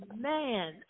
man